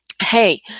Hey